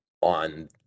on